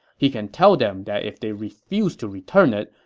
he can tell them that if they refuse to return it,